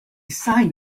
signed